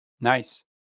Nice